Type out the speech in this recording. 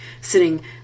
sitting